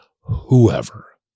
whoever